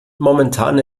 momentan